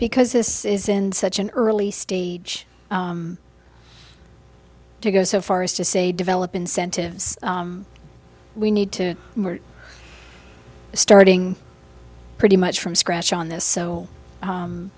because this is in such an early stage to go so far as to say develop incentives we need to starting pretty much from scratch on this so